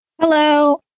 Hello